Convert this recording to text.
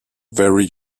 very